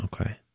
Okay